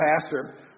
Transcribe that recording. pastor